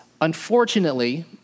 unfortunately